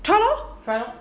try lor